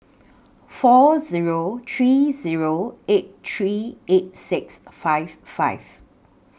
four Zero three Zero eight three eight six five five